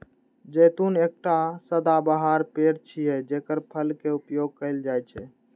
जैतून एकटा सदाबहार पेड़ छियै, जेकर फल के उपयोग कैल जाइ छै